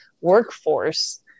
workforce